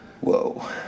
Whoa